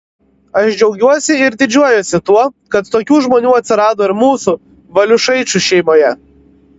aš džiaugiuosi ir didžiuojuosi tuo kad tokių žmonių atsirado ir mūsų valiušaičių šeimoje